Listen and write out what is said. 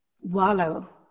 wallow